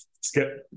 Skip